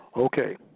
Okay